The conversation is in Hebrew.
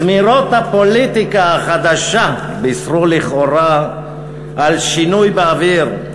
זמירות "הפוליטיקה החדשה" בישרו לכאורה שינוי באוויר,